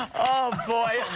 oh, boy,